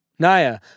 Naya